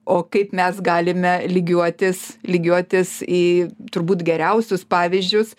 o kaip mes galime lygiuotis lygiuotis į turbūt geriausius pavyzdžius